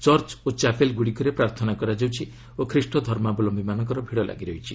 church ଓ chapel ଗୁଡ଼ିକରେ ପ୍ରାର୍ଥନା କରାଯାଉଛି ଓ ଖ୍ରୀଷ୍ଟ ଧର୍ମାବଲମ୍ଘିମାନଙ୍କର ଭିଡ଼ ଲାଗି ରହିଛି